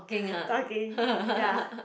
talking ya